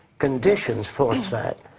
conditions forced that.